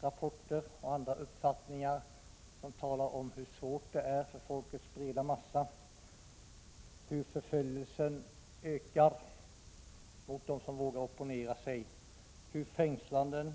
Det finns andra uppfattningar och rapporter som talar om hur svårt det är för folkets breda massa, hur förföljelsen ökar mot dem som vågar opponera sig, hur fängslanden,